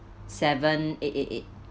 seven eight eight eight